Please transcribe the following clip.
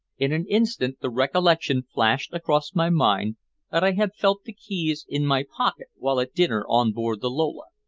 in an instant the recollection flashed across my mind that i had felt the keys in my pocket while at dinner on board the lola.